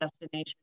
destination